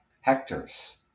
hectares